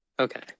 Okay